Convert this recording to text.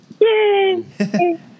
Yay